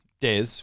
des